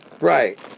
Right